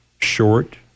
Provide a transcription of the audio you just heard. short